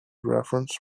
reference